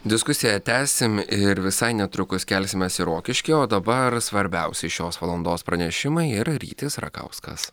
diskusiją tęsim ir visai netrukus kelsimės į rokiškį o dabar svarbiausi šios valandos pranešimai ir rytis rakauskas